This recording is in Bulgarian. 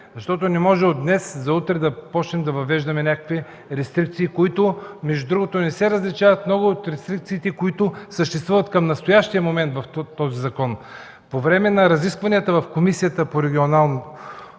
Не може от днес за утре да започнем да въвеждаме някакви рестрикции, които, между другото, не ясе различават много от рестрикциите, които съществуват към настоящия момент в този закон. По време на разискванията в Комисията по местно